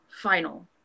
final